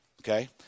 Okay